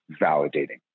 validating